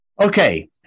Okay